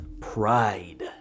pride